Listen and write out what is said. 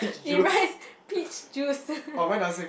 it writes peach juice